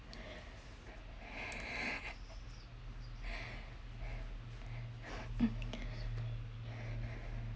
mm